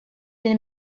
lill